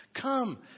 Come